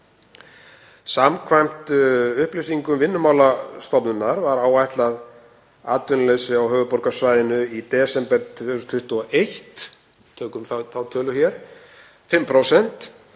Samkvæmt upplýsingum Vinnumálastofnunar var áætlað atvinnuleysi á höfuðborgarsvæðinu í desember 2021, tökum þá tölu hér, 5,0%,